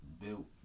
built